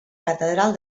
catedral